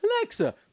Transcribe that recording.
Alexa